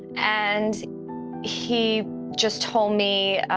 and he just told me,